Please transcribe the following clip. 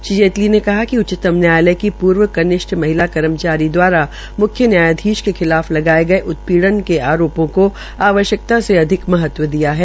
श्री जेटली ने कहा कि उच्चतम न्यायलय की पूर्व कनिष्ठ महिला कर्मचारी दवारा मुख्य न्यायधीश के खिलाफ लगाये गये उत्पीड़न के आरोपों आवश्यक्ता से अधिक को महत्व दिया है